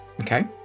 Okay